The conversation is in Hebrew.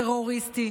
טרוריסטי,